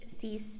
cease